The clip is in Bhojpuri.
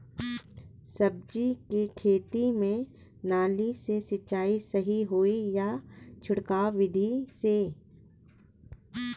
सब्जी के खेती में नाली से सिचाई सही होई या छिड़काव बिधि से?